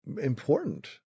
important